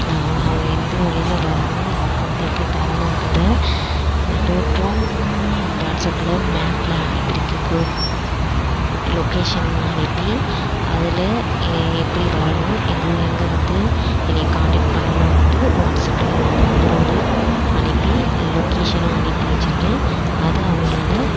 அவங்க எந்த வழியில் வரணும் எங்கே கொண்டு வந்து எப்படி தரணும்ன்றதை ரூட்டும் வாட்ஸ்சப்பில் மேப்பில் அனுப்பியிருக்கேன் லொகேஷன் அனுப்பி அதில் எப்படி வரணும் எங்கு எங்கே வந்து என்னை கான்டாக்ட் பண்ணணும்ன்டு வாட்ஸ்சப்பில் என் நம்பரோடு அனுப்பி லொகேஷன்னும் அனுப்பி வைச்சுருக்கேன் அதை அவங்களால